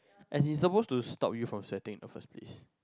and he supposed to stop use from sweating in the first place